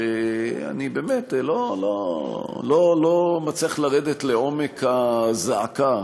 שאני באמת לא מצליח לרדת לעומק הזעקה,